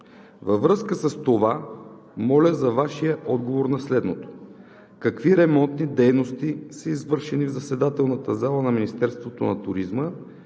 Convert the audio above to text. Във връзка с това моля за Вашия отговор на следното: какви ремонтни дейности са извършени в заседателната зала на Министерството на туризма